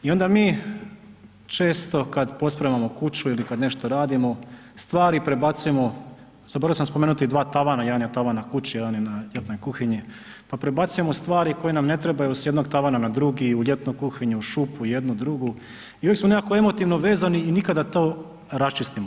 I onda mi često kad pospremamo kuću ili kad nešto radimo stvari prebacujemo, zaboravio sam spomenuti i 2 tavana, jedan je tavan na kući, jedan je na ljetnoj kuhinji, pa prebacujemo stvari koje nam ne trebaju s jednog tavana na drugi, u ljetnu kuhinju, šupu, jednu, drugu i uvijek smo nekako emotivno vezani i nikada da to raščistimo.